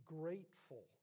grateful